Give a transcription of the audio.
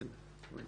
אין נמנעים,